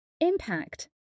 Impact